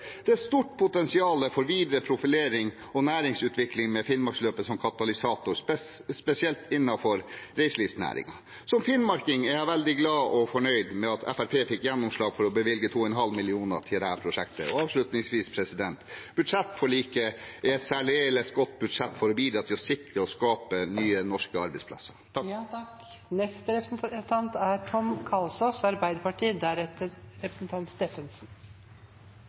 Det er stort potensial for videre profilering og næringsutvikling med Finnmarksløpet som katalysator, spesielt innenfor reiselivsnæringen. Som finnmarking er jeg veldig glad for og fornøyd med at Fremskrittspartiet fikk gjennomslag for å bevilge 2,5 mill. kr til dette prosjektet. Avslutningsvis: Budsjettforliket er et særdeles godt budsjett for å bidra til å sikre og skape nye norske arbeidsplasser.